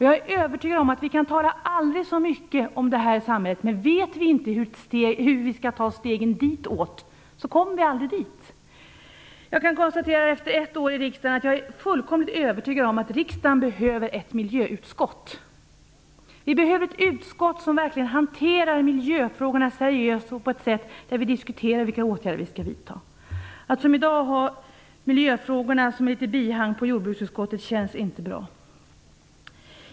Jag är övertygad om att vi kan tala aldrig så mycket om det här samhället, men vet vi inte vilka steg vi skall ta, kommer vi heller aldrig dit. Efter ett år i riksdagen kan jag konstatera att jag är fullkomligt övertygad om att riksdagen behöver ett miljöutskott. Vi behöver ett utskott som verkligen hanterar miljöfrågorna seriöst, ett utskott där vi diskuterar vilka åtgärder vi skall vidta. Att som i dag ha miljöfrågorna som ett bihang till jordbruksutskottet känns inte bra.